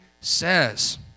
says